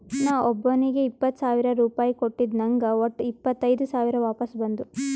ನಾ ಒಬ್ಬೋನಿಗ್ ಇಪ್ಪತ್ ಸಾವಿರ ರುಪಾಯಿ ಕೊಟ್ಟಿದ ನಂಗ್ ವಟ್ಟ ಇಪ್ಪತೈದ್ ಸಾವಿರ ವಾಪಸ್ ಬಂದು